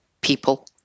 People